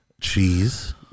cheese